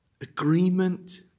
agreement